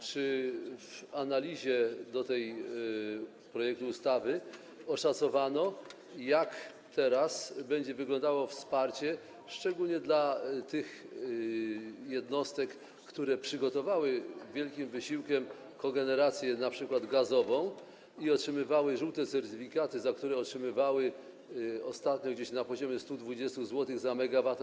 Czy w analizie co do tego projektu ustawy oszacowano, jak teraz będzie wyglądało wsparcie, szczególnie dla tych jednostek, które przygotowały wielkim wysiłkiem kogenerację np. gazową i uzyskały żółte certyfikaty, za które otrzymywały ostatnio gdzieś na poziomie 120 zł na MWh?